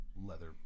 leather